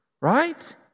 right